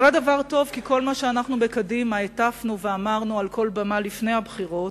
כי כל מה שאנחנו בקדימה הטפנו ואמרנו על כל במה לפני הבחירות,